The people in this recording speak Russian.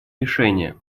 решения